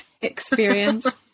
experience